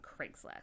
Craigslist